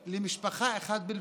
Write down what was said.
למשפחה אחת בלבד.